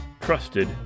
Trusted